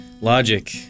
Logic